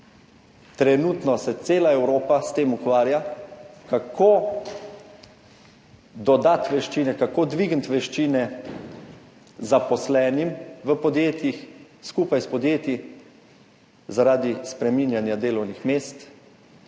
Trenutno se cela Evropa s tem ukvarja, kako dodati veščine, kako dvigniti veščine zaposlenim v podjetjih, skupaj s podjetji, zaradi spreminjanja delovnih mest,